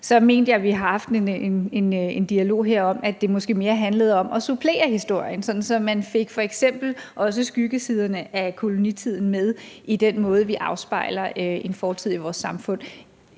Jeg mener, vi har haft en dialog om, at det måske mere handlede om at supplere historien, sådan at man f.eks. også fik skyggesiderne af kolonitiden med i den måde, vi afspejler en fortid i vores samfund